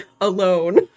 Alone